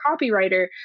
copywriter